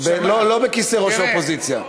לא בכיסא ראש האופוזיציה.